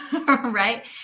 right